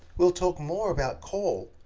we'll talk more about call,